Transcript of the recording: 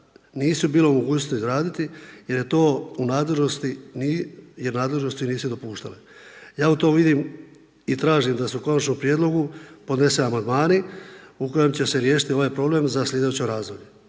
nisu bile u mogućnosti izraditi jer je to u nadležnosti, jer nadležnosti nisu dopuštale. Ja u tom vidim i tražim da se u Konačnom prijedlogu podnesu amandmani u kojem će se riješiti ovaj problem za sljedeće razdoblje.